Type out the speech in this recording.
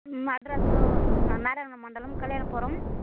మా అడ్రెస్ నారాయణ మండలం కళ్యాణపురం